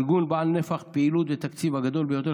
הארגון בעל נפח הפעילות והתקציב הגדול ביותר